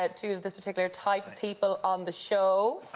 ah two of this particular type of people on the show,